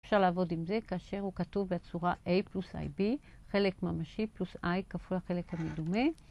אפשר לעבוד עם זה כאשר הוא כתוב בצורה a פלוס ib חלק ממשי פלוס i כפול החלק המדומה